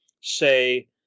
say